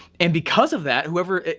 and because of that, whoever,